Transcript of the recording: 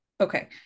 okay